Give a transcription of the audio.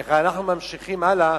איך אנחנו ממשיכים הלאה